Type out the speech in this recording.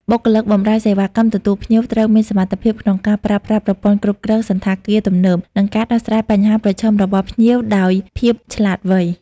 បុគ្គលិកបម្រើសេវាកម្មទទួលភ្ញៀវ ត្រូវមានសមត្ថភាពក្នុងការប្រើប្រាស់ប្រព័ន្ធគ្រប់គ្រងសណ្ឋាគារទំនើប និងការដោះស្រាយបញ្ហាប្រឈមរបស់ភ្ញៀវដោយភាពឆ្លាតវៃ។